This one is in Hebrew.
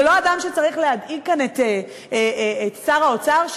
זה לא אדם שצריך להדאיג כאן את שר האוצר,